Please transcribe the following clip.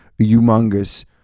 humongous